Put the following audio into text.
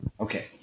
Okay